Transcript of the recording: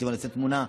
אם אני רוצה תמונה,